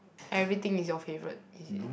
everything is your favourite is it